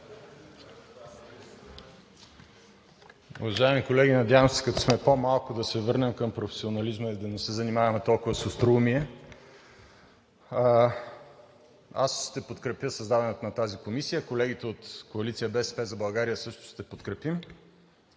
Уважаеми колеги! Надявам се като сме по-малко да се върнем към професионализма и да не се занимаваме толкова с остроумие. Аз ще подкрепя създаването на тази комисия. Колегите от коалиция „БСП за България“ също ще подкрепим,